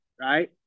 right